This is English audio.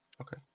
Okay